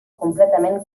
completament